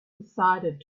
decided